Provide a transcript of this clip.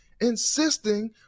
insisting